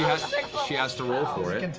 she has to roll for it.